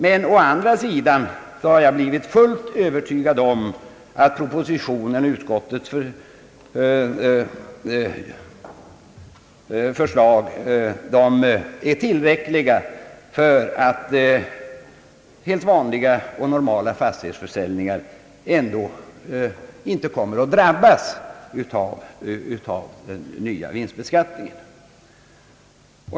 Men jag har blivit fullt övertygad om att propositionens och utskottets förslag är tillräckliga för att helt vanliga och normala fastighetsförsäljningar inte skall komma att drabbas av den nya vinstbeskattningen.